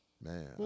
Man